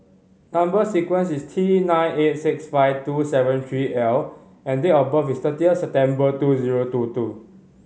number sequence is T nine eight six five two seven three L and date of birth is thirty September two zero two two